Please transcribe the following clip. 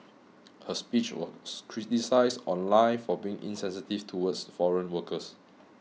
her speech was criticised online for being insensitive towards foreign workers